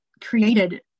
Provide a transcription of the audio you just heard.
created